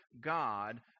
God